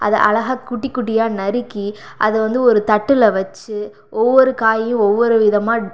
அதை அழகாக குட்டி குட்டியாக நறுக்கி அதை வந்து ஒரு தட்டில் வச்சு ஒவ்வொரு காயும் ஒவ்வொரு விதமாக